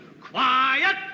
Quiet